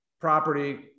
property